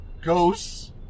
ghosts